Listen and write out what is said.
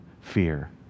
fear